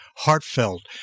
heartfelt